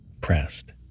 Pressed